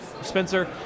spencer